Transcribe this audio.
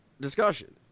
discussion